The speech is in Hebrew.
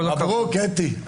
מברוק, אתי.